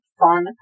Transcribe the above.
fun